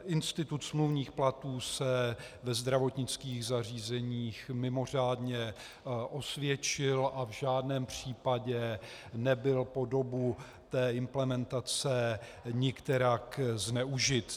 Institut smluvních platů se ve zdravotnických zařízeních mimořádně osvědčil a v žádném případě nebyl po dobu té implementace nikterak zneužit.